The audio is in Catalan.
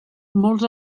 molts